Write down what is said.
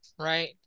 right